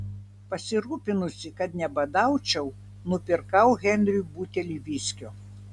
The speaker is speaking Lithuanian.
pasirūpinusi kad nebadaučiau nupirkau henriui butelį viskio